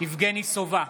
יבגני סובה,